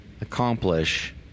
accomplish